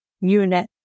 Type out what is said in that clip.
unit